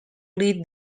lead